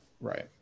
Right